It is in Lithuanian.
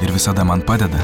ir visada man padeda